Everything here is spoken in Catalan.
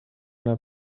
una